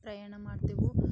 ಪ್ರಯಾಣ ಮಾಡ್ತೇವೆ